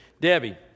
Debbie